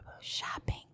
Shopping